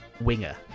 winger